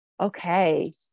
Okay